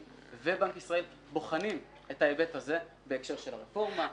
ובנק ישראל בוחנים את ההיבט הזה בהקשר של הרפורמה.